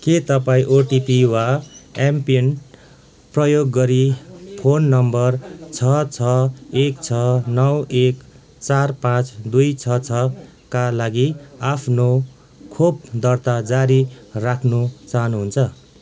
के तपाईँँ ओटिपी वा एमपिन प्रयोग गरी फोन नम्बर छ छ एक छ नौ एक चार पाँच दुई छ छका लागि आफ्नो खोप दर्ता जारी राख्न चाहनुहुन्छ